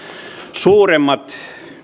suuremmat